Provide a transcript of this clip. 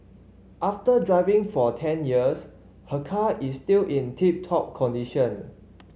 after driving for ten years her car is still in tip top condition